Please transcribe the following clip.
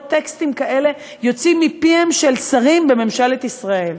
טקסטים כאלה יוצאים מפי שרים בממשלת ישראל.